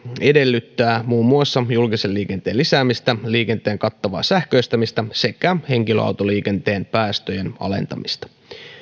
edellyttää muun muassa julkisen liikenteen lisäämistä liikenteen kattavaa sähköistämistä sekä henkilöautoliikenteen päästöjen alentamista